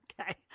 Okay